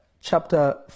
chapter